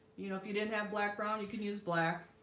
you know, if you didn't have black brown you can use black